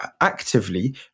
actively